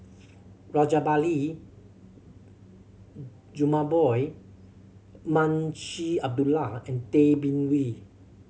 Rajabali Jumabhoy Munshi Abdullah and Tay Bin Wee